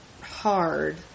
hard